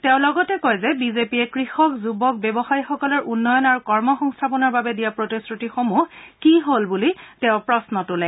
তেওঁ লগতে কয় যে বিজেপিয়ে কৃষক যুৱক ব্যৱসায়ীসকলৰ উন্নয়ন আৰু কৰ্মসংস্থাপনৰ বাবে দিয়া প্ৰতিশ্ৰতিসমূহ কি হল বুলি প্ৰশ্ন তোলে